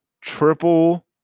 triple